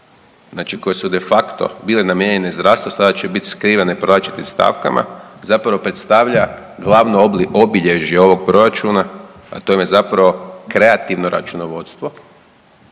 znači koje su de facto bile namijenjene zdravstvu, sada će biti skrivene po različitim stavkama, zapravo predstavlja glavno obilježje ovog Proračuna, a to vam je zapravo kreativno računovodstvo,